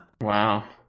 Wow